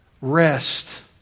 Rest